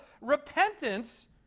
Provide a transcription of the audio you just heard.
repentance